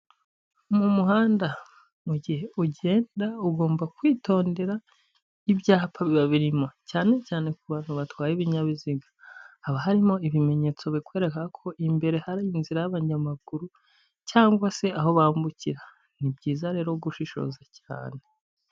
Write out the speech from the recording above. Mu muhanda, mu gihe ugenda ugomba kwitondera ibyapa biba birimo, cyane cyane ku bantu batwaye ibinyabiziga, haba harimo ibimenyetso bikwereka ko imbere hari inzira y'abanyamaguru cyangwa se aho bambukira; ni byiza rero gushishoza cyane.